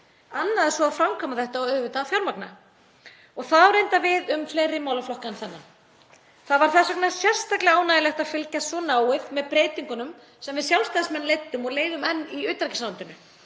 annað er svo að framkvæma þetta og auðvitað að fjármagna. Það á reyndar við um fleiri málaflokka en þennan. Það var þess vegna sérstaklega ánægjulegt að fylgjast svo náið með breytingunum sem við Sjálfstæðismenn leiddum og leiðum enn í utanríkisráðuneytinu.